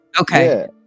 Okay